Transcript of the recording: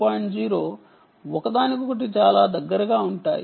0 ఒకదానికొకటి చాలా దగ్గరగా ఉంటాయి